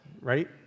Right